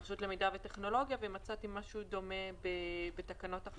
הרשות למידע ולטכנולוגיה ומצאתי משהו דומה בתקנות אחרות.